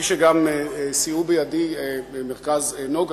גם סייעו בידי ב"מרכז נגה",